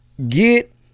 get